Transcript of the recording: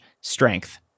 strength